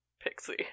pixie